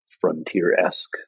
frontier-esque